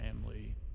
family